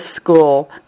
school